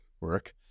work